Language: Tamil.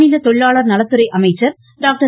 மாநில தொழிலாளர் நலத்துறை அமைச்சர் டாக்டர்